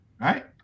right